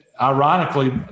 ironically